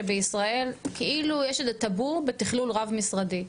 שבישראל כאילו יש איזה טאבו בתכלול רב משרדי,